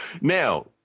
Now